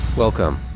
Welcome